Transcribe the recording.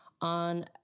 on